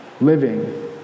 living